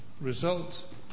result